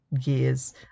years